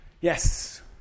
Yes